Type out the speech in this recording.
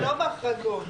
לא בהחרגות.